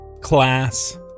class